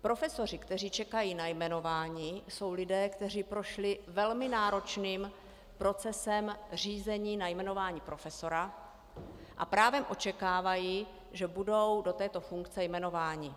Profesoři, kteří čekají na jmenování, jsou lidé, kteří prošli velmi náročným procesem řízení na jmenování profesora a právem očekávají, že budou do této funkce jmenováni.